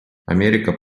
америка